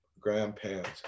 grandparents